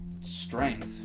strength